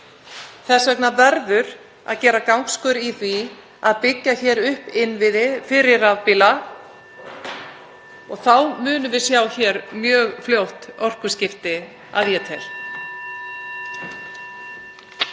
Þess vegna verður að gera gangskör í því að byggja hér upp innviði fyrir rafbíla og (Forseti hringir.) þá munum við sjá hér mjög fljótt orkuskipti, að ég tel.